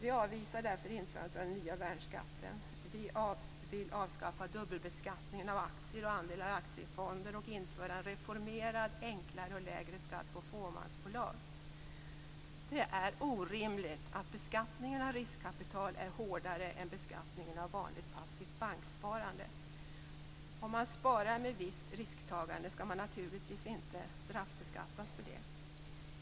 Vi avvisar därför införandet av den nya värnskatten. Vi vill avskaffa dubbelbeskattningen av aktier och andelar i aktiefonder och införa en reformerad, enklare och lägre skatt på fåmansbolag. Det är orimligt att beskattningen av riskkapital är hårdare än beskattningen av vanligt passivt banksparande. Om man sparar med visst risktagande skall man naturligtvis inte straffbeskattas för det.